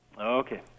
Okay